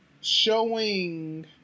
showing